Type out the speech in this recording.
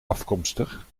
afkomstig